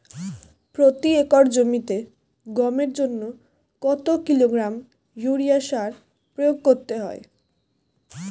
প্রতি একর জমিতে গমের জন্য কত কিলোগ্রাম ইউরিয়া সার প্রয়োগ করতে হয়?